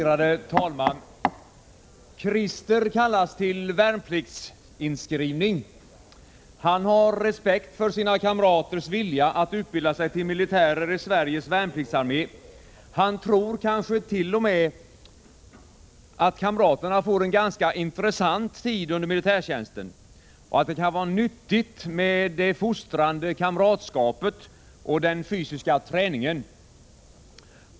Herr talman! Krister kallas till värnpliktsinskrivning. Han har respekt för sina kamraters vilja att utbilda sig till militärer i Sveriges värnpliktsarmé. Han tror kanske t.o.m. att kamraterna får en ganska intressant tid under militärtjänsten — och att det kan vara nyttigt med det fostrande kamratskapet och den fysiska träningen.